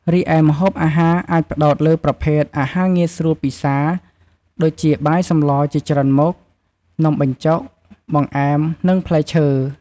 រីឯម្ហូបអាហារអាចផ្តោតលើប្រភេទអាហារងាយស្រួលពិសារ ដូចជាបាយសម្លជាច្រើនមុខ នំបញ្ចុក បង្អែម និងផ្លែឈើ។